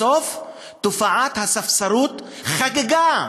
בסוף, תופעת הספסרות חגגה.